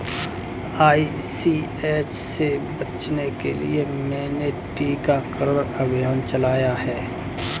ICH से बचने के लिए मैंने टीकाकरण अभियान चलाया है